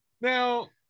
Now